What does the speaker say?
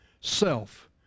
self